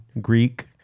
Greek